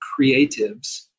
creatives